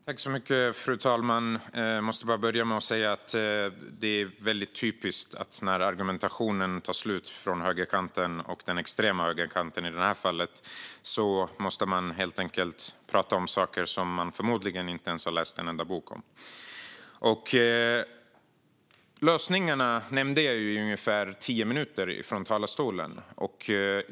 Fru talman! Jag måste börja med att säga att det är väldigt typiskt att när argumentationen tar slut från högerkanten, och den extrema högerkanten i det här fallet, måste man helt enkelt tala om saker som man förmodligen inte har läst en enda bok om. Lösningarna nämnde jag i ungefär tio minuter i talarstolen.